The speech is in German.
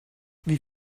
wie